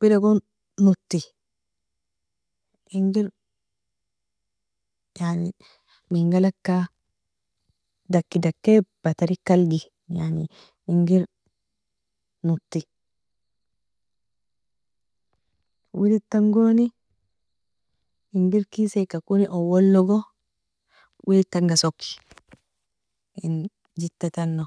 widagon noti inger yani mingalaka daki daki batarikalgi yani inger noti, wilidtangoni ingeri kesikakoni owologo wilidtanga soki jitetana.